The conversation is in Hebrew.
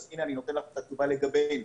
אני נותן לך את התשובה לגביהם.